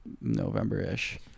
November-ish